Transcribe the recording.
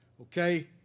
Okay